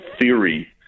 theory